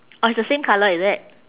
oh it's the same colour is it